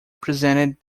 presented